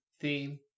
theme